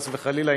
חס וחלילה,